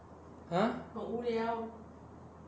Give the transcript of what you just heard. !huh!